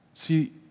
See